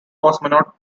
cosmonaut